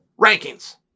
rankings